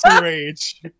rage